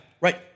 Right